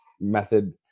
method